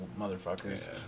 motherfuckers